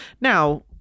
Now